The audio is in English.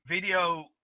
video